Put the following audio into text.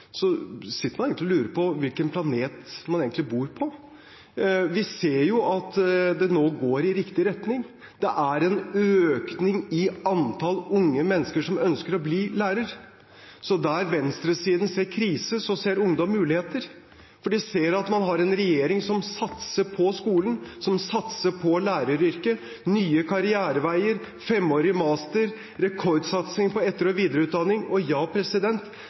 lurer på hvilken planet de egentlig bor på. Vi ser at det nå går i riktig retning. Det er en økning i antall unge mennesker som ønsker å bli lærer. Så der venstresiden ser krise, ser ungdom muligheter. De ser at man har en regjering som satser på skolen, som satser på læreryrket – nye karriereveier, femårig master, rekordsatsing på etter- og videreutdanning. Ja,